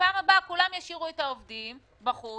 בפעם הבאה כולם ישאירו את העובדים בחוץ,